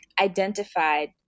identified